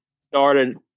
Started